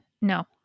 No